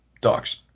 Docs